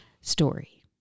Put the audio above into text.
story